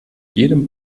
jedem